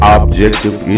objective